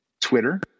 Twitter